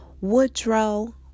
Woodrow